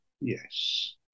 Yes